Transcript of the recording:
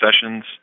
sessions